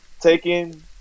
taking